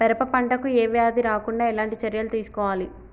పెరప పంట కు ఏ వ్యాధి రాకుండా ఎలాంటి చర్యలు తీసుకోవాలి?